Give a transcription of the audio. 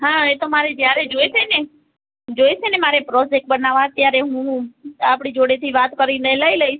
હા એ તો મારે જ્યારે જોઈશે છે ને જોઈશે ને મારે પ્રોજેક્ટ બનાવવા ત્યારે હું આપણી જોડેથી વાત કરીને લઈ લઇશ